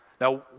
Now